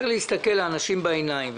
צריך להסתכל לאנשים בעיניים,